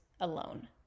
alone